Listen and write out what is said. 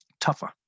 tougher